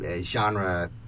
genre